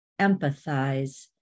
empathize